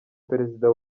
perezida